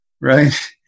Right